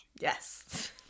Yes